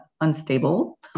unstable